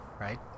right